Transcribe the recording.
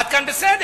עד כאן בסדר.